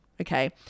okay